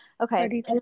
okay